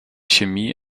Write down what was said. chemie